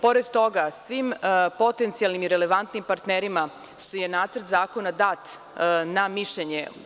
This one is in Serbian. Pored toga, svim potencijalnim i relevantnim partnerima je nacrt zakona dat na mišljenje.